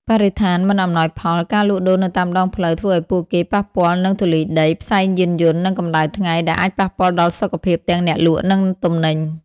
បរិស្ថានមិនអំណោយផល ការលក់ដូរនៅតាមដងផ្លូវធ្វើឱ្យពួកគេប៉ះពាល់នឹងធូលីដី ផ្សែងយានយន្ត និងកម្ដៅថ្ងៃ ដែលអាចប៉ះពាល់ដល់សុខភាពទាំងអ្នកលក់ និងទំនិញ ។